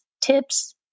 tips